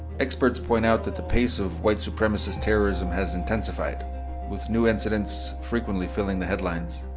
experts point out that the pace of white supremacist terrorism has intensified with new incidents frequently filling the headlines.